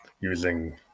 using